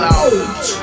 out